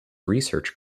research